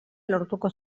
lortuko